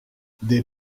des